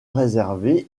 réservé